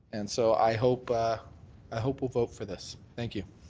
and so i hope ah i hope we'll vote for this. thank you.